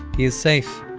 he is safe.